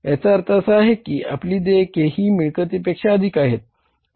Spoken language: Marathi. याचा अर्थ असा आहे की आपली देयके ही मिळकतीपेक्षा अधिक आहेत